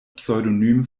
pseudonym